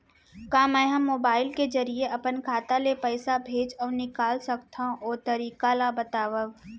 का मै ह मोबाइल के जरिए अपन खाता ले पइसा भेज अऊ निकाल सकथों, ओ तरीका ला बतावव?